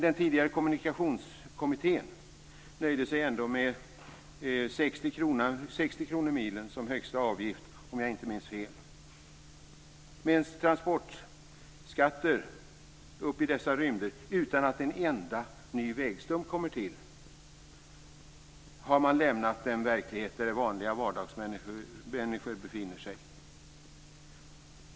Den tidigare Kommunikationskommittén nöjde sig ändå med 60 kr/mil som högsta avgift, om jag inte minns fel. Med transportskatter upp i dessa rymder, utan att en enda ny vägstump kommer till, har man lämnat den verklighet där vanliga vardagsmänniskor befinner sig.